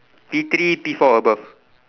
P three P four above